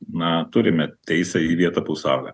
na turime teisę į vietą po saule